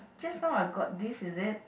just now I got this is it